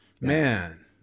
man